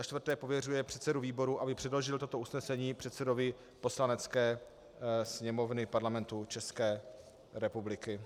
4. pověřuje předsedu výboru, aby předložil toto usnesení předsedovi Poslanecké sněmovny Parlamentu České republiky.